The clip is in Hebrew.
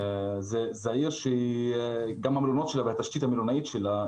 זו עיר שגם המלונות שלה והתשתית המלונאית שלה,